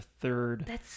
third